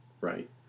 right